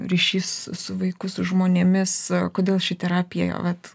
ryšys su vaiku su žmonėmis kodėl ši terapija vat